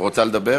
רוצה לדבר.